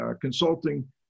consulting